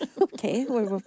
Okay